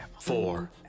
Four